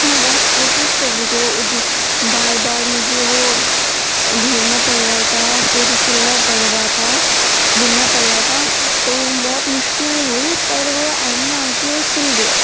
میں بہت کوشش کر رہی تھی وہ بار بار مجھے وہ ادھیڑنا پڑ رہا تھا پھر سلنا پڑ رہا تھا بننا پڑ رہا تھا تو وہ بہت مشکل ہوئی پر وہ اینڈ میں آ کے وہ سل گیا